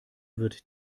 wird